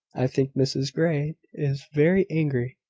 i think mrs grey is very angry,